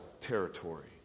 territory